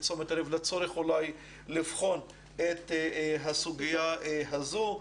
תשומת הלב לצורך אולי לבחון את הסוגיה הזו.